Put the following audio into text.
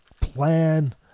plan